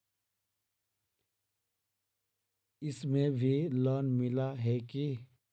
इसमें भी लोन मिला है की